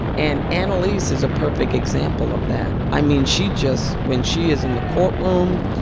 and annalise is a perfect example of that. i mean, she just when she is in the courtroom,